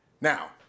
Now